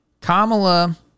Kamala